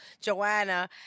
Joanna